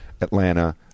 Atlanta